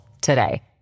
today